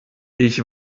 ich